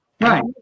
Right